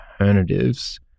alternatives